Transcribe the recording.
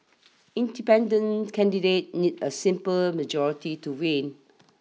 Independent Candidates need a simple majority to win